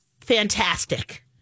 fantastic